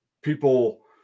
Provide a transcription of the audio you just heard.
people